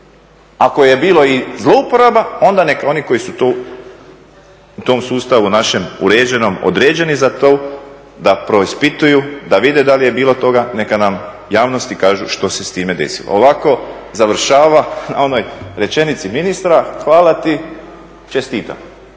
Ako je bilo zlouporaba onda nek oni koji su to u tom sustavu našem uređenom određeni za to da preispituju da vide da li je bilo toga neka javnosti kažu što se s time desilo. Ovako završava na onoj rečenici ministra hvala ti, čestitam.